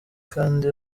kandi